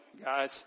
guys